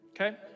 okay